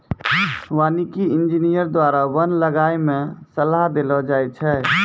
वानिकी इंजीनियर द्वारा वन लगाय मे सलाह देलो जाय छै